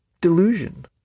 delusion